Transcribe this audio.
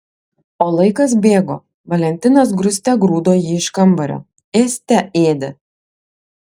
o laikas bėgo valentinas grūste grūdo jį iš kambario ėste ėdė